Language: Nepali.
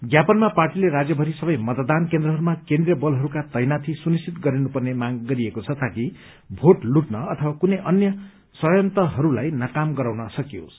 ज्ञापनमा पार्टीले राज्यभरि सबै मतदान केन्द्रहरूमा केन्द्रीय बलहरूका तैनाथी सुनिश्चित गर्ि पर्ने माग गरिएको छ जाकि भोट लुटन अथवा कुनै अन्य षड़यन्त्रहरूलाई नाकाम गराउन सकियोस्